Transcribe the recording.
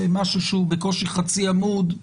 משהו שהוא בקושי חצי עמוד.